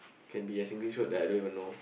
can be a Singlish that I don't even know